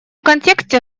контексте